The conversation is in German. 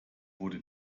wurde